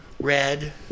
red